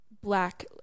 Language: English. black –